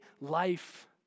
life